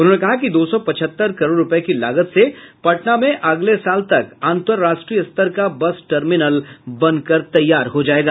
उन्होंने कहा कि दो सौ पचहत्तर करोड़ रूपये की लागत से पटना में अगले साल तक अन्तराष्ट्रीय स्तर का बस टर्मिनल बन कर तैयार हो जायेगा